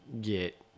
get